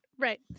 right